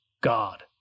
God